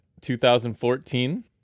2014